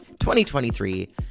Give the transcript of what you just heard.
2023